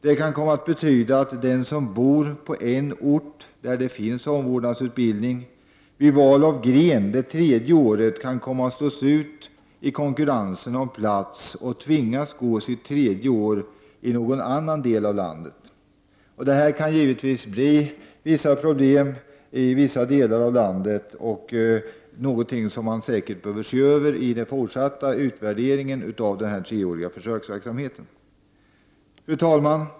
Det kan komma att betyda att den som bor på en ort där det finns en omvårdnadsutbildning vid val av gren det tredje året kan komma att slås ut i konkurrensen om en plats, och tvingas gå sitt tredje år i någon annan del av landet. Detta kan givetvis leda till vissa problem i vissa delar av landet, och det är någonting som man säkert behöver se över i den fortsatta utvärderingen av den treåriga försöksverksamheten. Fru talman!